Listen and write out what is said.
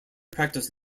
practiced